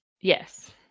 Yes